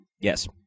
Yes